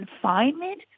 confinement